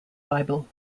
bible